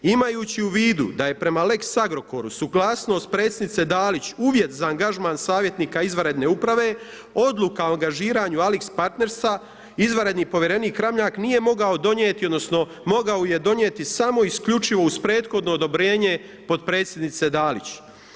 Imajući u vidu da je prema lex Agrokoru suglasnost predsjednice Dalić uvjet za angažman savjetnika izvanredne uprave odluka o angažiranju AlixPartnerstva izvanredni povjerenik Ramljak nije mogao donijeti, odnosno mogao ju je donijeti samo i isključivo uz prethodno odobrenje potpredsjednice Dalić.